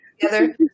together